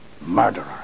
murderer